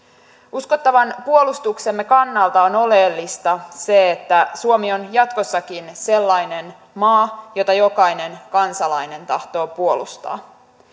uskottavan puolustuksemme kannalta on oleellista se että suomi on jatkossakin sellainen maa jota jokainen kansalainen tahtoo puolustaa